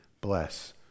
bless